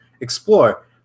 explore